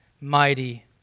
mighty